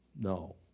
No